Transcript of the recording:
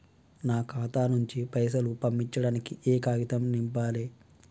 నా ఖాతా నుంచి పైసలు పంపించడానికి ఏ కాగితం నింపాలే?